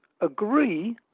agree